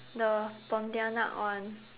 the pontianak one